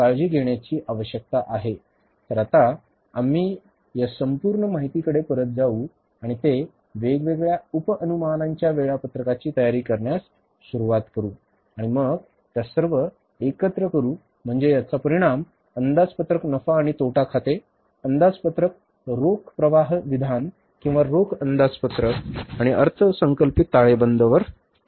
तर आता आम्ही या संपूर्ण माहितीकडे परत जाऊ आणि ते वेगवेगळ्या उप अनुमानांच्या वेळापत्रकांची तयारी करण्यास सुरवात करू आणि मग त्या सर्व एकत्र करू म्हणजे याचा परिणाम अंदाजपत्रक नफा आणि तोटा खाते अंदाजपत्रक रोख प्रवाह विधान किंवा रोख अंदाजपत्रक आणि अर्थसंकल्पित ताळेबंद असेल बरोबर